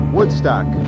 Woodstock